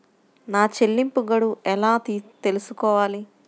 నా చెల్లింపు గడువు ఎలా తెలుసుకోవాలి?